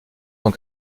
sont